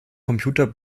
computer